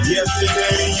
Yesterday